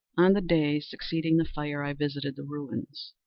on the day succeeding the fire, i visited the ruins.